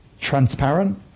transparent